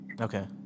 Okay